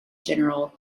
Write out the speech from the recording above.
general